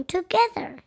Together